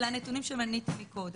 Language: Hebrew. אלה הנתונים שמניתי מקודם,